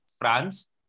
France